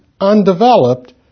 undeveloped